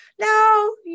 no